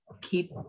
keep